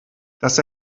das